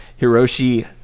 Hiroshi